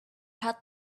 had